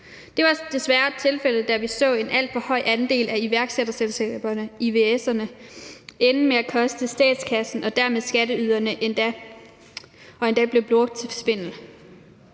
Det var desværre tilfældet, da vi så en alt for høj andel af iværksætterselskaberne, ivs'erne, ende med at koste statskassen og dermed skatteyderne mange penge og endda blive brugt til svindel.